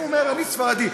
הוא אומר: אני ספרדי.